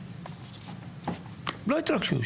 לא יתרגשו.